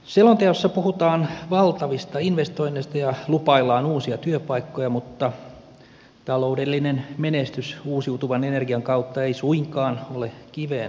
selonteossa puhutaan valtavista investoinneista ja lupaillaan uusia työpaikkoja mutta taloudellinen menestys uusiutuvan energian kautta ei suinkaan ole kiveen hakattua